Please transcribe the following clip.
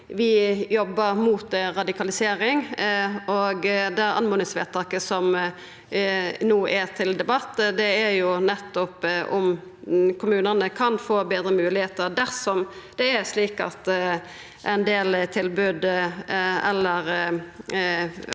vi jobbar mot radikalisering. Det oppmodingsvedtaket som no er til debatt, handlar nettopp om kommunane kan få betre moglegheiter dersom det er slik at ein del tilbod eller